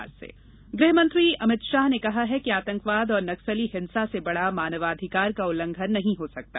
मानवाधिकार गृह मंत्री अमित शाह ने कहा है कि आतंकवाद और नक्सली हिंसा से बड़ा मानवाधिकार का उल्लघंन नहीं हो सकता